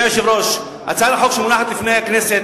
אדוני היושב-ראש, הצעת החוק שמונחת בפני הכנסת,